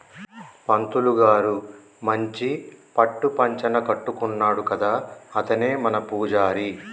పంతులు గారు మంచి పట్టు పంచన కట్టుకున్నాడు కదా అతనే మన పూజారి